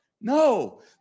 No